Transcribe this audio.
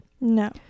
No